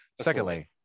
Secondly